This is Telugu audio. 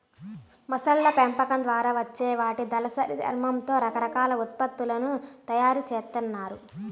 మొసళ్ళ పెంపకం ద్వారా వచ్చే వాటి దళసరి చర్మంతో రకరకాల ఉత్పత్తులను తయ్యారు జేత్తన్నారు